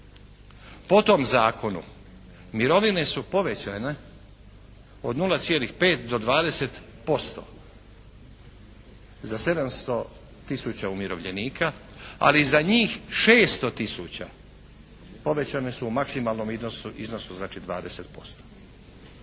Po tom zakonu mirovine su povećane od 0,5 do 20% za 700 tisuća umirovljenika ali za njih 600 tisuća povećane su u maksimalnom iznosu znači 20%